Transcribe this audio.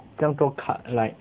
酱多 cut like